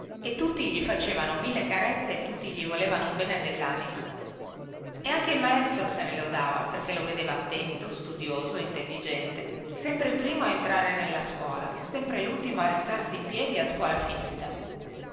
e tutti gli facevano mille carezze e tutti gli volevano un bene dellanima e anche il maestro se ne lodava perché lo vedeva attento studioso intelligente sempre il primo a entrare nella scuola sempre lultimo a rizzarsi in piedi a scuola finita